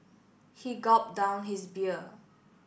he gulped down his beer